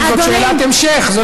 זאת שאלת המשך,